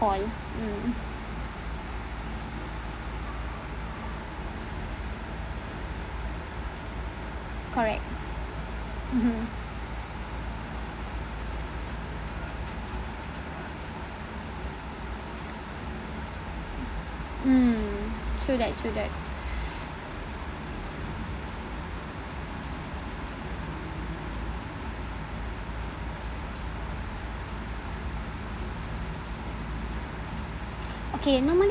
call mm correct mmhmm mm true that true that okay normally